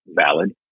valid